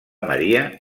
maria